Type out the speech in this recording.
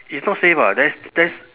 it's not safe [what] that's that's